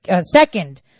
second